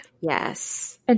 Yes